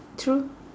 true